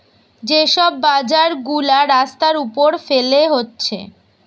যে সব বাজার গুলা রাস্তার উপর ফেলে হচ্ছে